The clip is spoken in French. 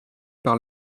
par